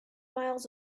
miles